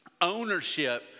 Ownership